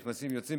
נכנסים ויוצאים.